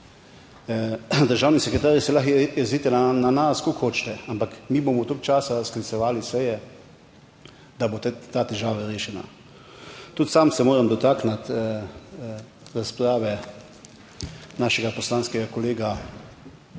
Državni sekretarji, se lahko jezite na nas kako hočete, ampak mi bomo toliko časa sklicevali seje, da bo ta težava rešena. Tudi sam se moram dotakniti razprave našega poslanskega kolega,